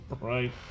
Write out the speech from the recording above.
Right